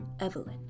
Evelyn